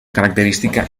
característica